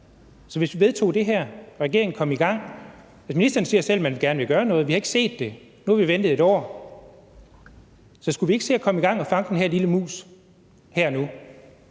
i gang og vedtage det her. Ministeren siger selv, man gerne vil gøre noget, men vi har ikke set det, og nu har vi ventet et år, så skulle vi ikke se at komme i gang og fange den her lille mus her og